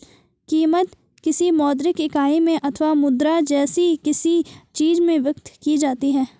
कीमत, किसी मौद्रिक इकाई में अथवा मुद्रा जैसी किसी चीज में व्यक्त की जाती है